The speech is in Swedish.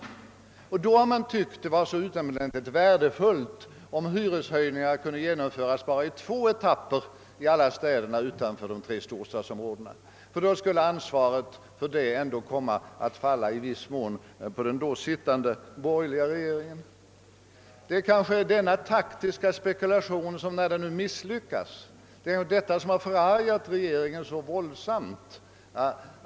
Regeringen har då tyckt att det för socialdemokratin vore utomordentligt värdefullt om hyreshöjningarna måste genomföras bara i två etapper i alla städer utanför de tre storstadsområdena, ty ansvaret skulle i viss mån ändå i propagandan läggas på den då sittande borgerliga regeringen. Kanske är det misslyckandet av denna taktiska spekulation som förargat regeringen så våldsamt.